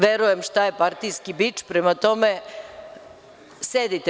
Verujem šta je partijski bič, prema tome, sedite.